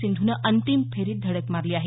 सिंधूनं अंतिम फेरीत धडक मारली आहे